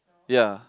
ya